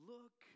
Look